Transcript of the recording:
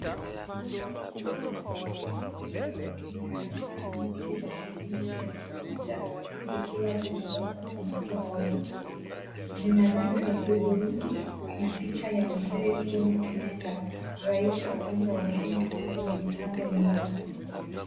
Rundo la noti za pesa za Kenya hasaa noti za shilingi elfu moja zikiwa zimewekwa pamoja kwa wingi. Zina rangi ya hudhurungi na picha ya mzee Jomo Kenyatta rais wa kwanza wa Kenya kwenye upande mmoja.